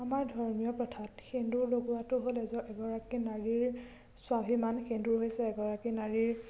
আমাৰ ধৰ্মীয় প্ৰথাত সেন্দুৰ লগোৱাটো হ'ল এগৰাকী নাৰীৰ স্বাভিমান সেন্দুৰ হৈছে এগৰাকী নাৰীৰ